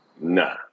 Nah